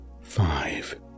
five